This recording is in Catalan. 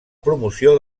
promoció